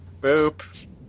Boop